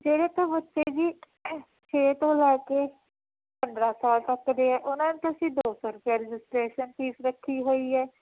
ਜਿਹੜੇ ਤਾਂ ਬੱਚੇ ਜੀ ਛੇ ਤੋਂ ਲੈ ਕੇ ਪੰਦਰਾਂ ਸਾਲ ਤੱਕ ਦੇ ਹੈ ਉਹਨਾਂ ਤੋਂ ਅਸੀਂ ਦੋ ਸੌ ਰੁਪਇਆ ਰਜਿਸਟ੍ਰੇਸ਼ਨ ਫ਼ੀਸ ਰੱਖੀ ਹੋਈ ਹੈ